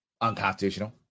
unconstitutional